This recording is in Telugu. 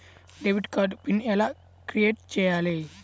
డెబిట్ కార్డు పిన్ ఎలా క్రిఏట్ చెయ్యాలి?